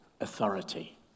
authority